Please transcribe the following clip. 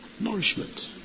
Nourishment